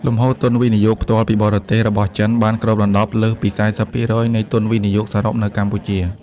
លំហូរទុនវិនិយោគផ្ទាល់ពីបរទេស របស់ចិនបានគ្របដណ្ដប់លើសពី ៤០% នៃទុនវិនិយោគសរុបនៅកម្ពុជា។